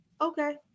okay